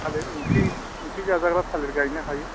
थालिर ओंख्रि ओंख्रि जाजाग्रा थालिर गायनो हायो